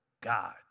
God